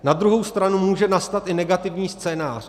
Na druhou stranu může nastat i negativní scénář.